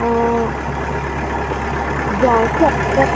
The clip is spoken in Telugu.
జోయిన్